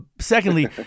Secondly